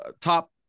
top